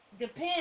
depends